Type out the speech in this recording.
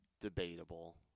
Debatable